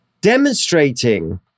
demonstrating